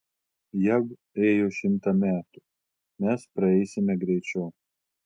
jav ėjo šimtą metų mes praeisime greičiau